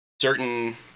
certain